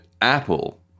Apple